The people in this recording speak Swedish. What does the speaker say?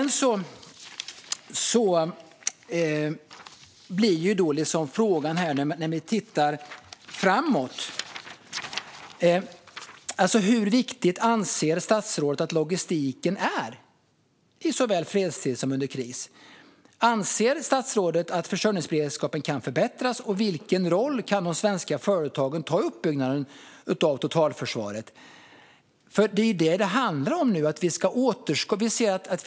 När vi tittar framåt är frågan hur viktig statsrådet anser att logistiken är, såväl i fredstid som i kris. Anser statsrådet att försörjningsberedskapen kan förbättras, och vilken roll anser han att de svenska företagen kan ta i uppbyggnaden av totalförsvaret? Det är ju det det handlar om nu - att återskapa.